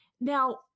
Now